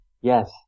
Yes